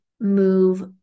Move